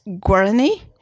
Guarani